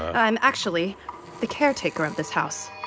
i'm actually the caretaker of this house